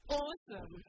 awesome